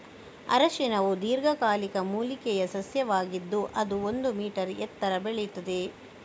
ಅರಿಶಿನವು ದೀರ್ಘಕಾಲಿಕ ಮೂಲಿಕೆಯ ಸಸ್ಯವಾಗಿದ್ದು ಅದು ಒಂದು ಮೀ ಎತ್ತರ ಬೆಳೆಯುತ್ತದೆ